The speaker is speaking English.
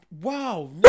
wow